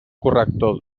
corrector